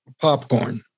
popcorn